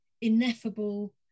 ineffable